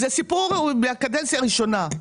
זה סיפור מהקדנציה הראשונה.